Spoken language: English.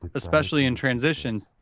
especially in transition,